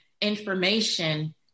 information